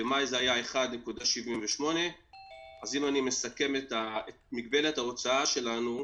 במאי זה היה 1.78%. אם אני מסכם את מגבלת ההוצאה שלנו,